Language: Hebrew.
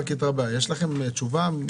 יש לכם תשובה?